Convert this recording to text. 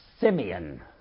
Simeon